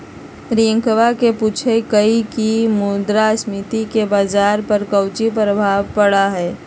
रियंकवा ने पूछल कई की मुद्रास्फीति से बाजार पर काउची प्रभाव पड़ा हई?